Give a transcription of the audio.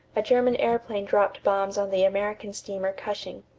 a german airplane dropped bombs on the american steamer cushing.